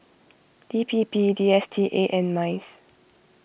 D P P D S T A and Minds